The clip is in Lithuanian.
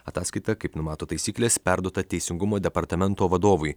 ataskaita kaip numato taisyklės perduota teisingumo departamento vadovui